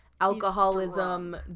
alcoholism